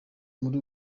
muri